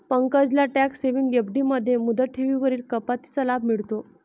पंकजला tax saving FD मध्ये मुदत ठेवींवरील कपातीचा लाभ मिळतो